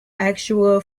actual